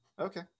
Okay